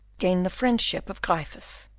gain the friendship of gryphus,